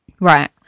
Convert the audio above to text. Right